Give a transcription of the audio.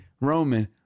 Roman